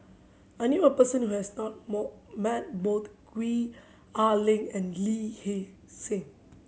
I knew a person who has not more met bot Gwee Ah Ling and Lee Hee Seng